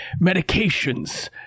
medications